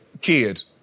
Kids